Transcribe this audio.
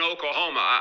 Oklahoma